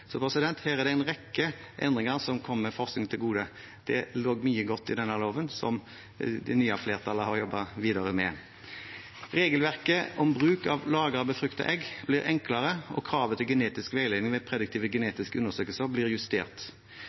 Så her er det en rekke endringer som kommer forskningen til gode. Det lå mye godt i denne loven som det nye flertallet har jobbet videre med. Regelverket om bruk av lagrede befruktede egg blir enklere, og kravet til genetisk veiledning ved prediktive genetiske undersøkelser blir justert.